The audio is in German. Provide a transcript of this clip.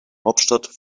hauptstadt